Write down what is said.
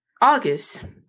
august